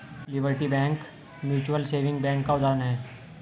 liberty bank mutual saving bank का उदाहरण है